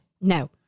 No